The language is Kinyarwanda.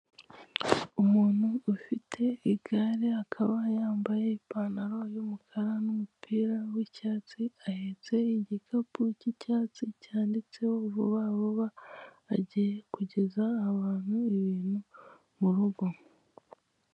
Umuntu ufite igare akaba yambaye ipantaro y'umukara n'umupira w'icyatsi ahetse igikapu cy'icyatsi cyanditseho vuba vuba, agiye kugeza abantu ibintu murugo.